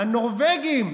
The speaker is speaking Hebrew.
מהנורבגים.